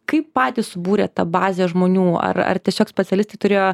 kaip patys subūrėt tą bazę žmonių ar ar tiesiog specialistai turėjo